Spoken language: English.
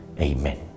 Amen